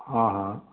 हाँ हाँ